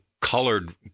colored